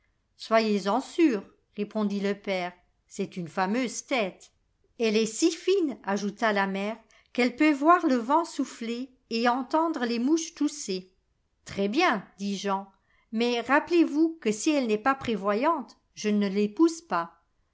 soyez-en sûr répondit le père c'est une fameuse tète elle est siline ajouta la mère qu'elle peut voir le vcnl soufiler et entendre les mouches tousser très-bien dit jean mais rappelez-vous que si elle n'est pas prévoyante je ne l'épouse pas